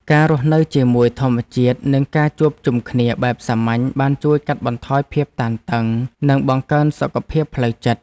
ការរស់នៅជាមួយធម្មជាតិ និងការជួបជុំគ្នាបែបសាមញ្ញបានជួយកាត់បន្ថយភាពតានតឹង និងបង្កើនសុខភាពផ្លូវចិត្ត។